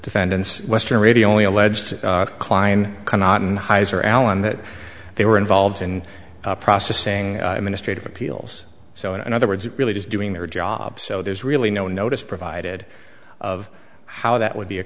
defendants western radio only alleged kline cannot and heizer allen that they were involved in processing a ministry of appeals so in other words it really just doing their job so there's really no notice provided of how that would be a